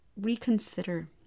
reconsider